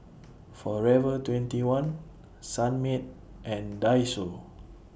Forever twenty one Sunmaid and Daiso